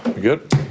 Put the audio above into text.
good